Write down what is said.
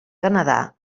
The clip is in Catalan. canadà